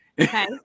Okay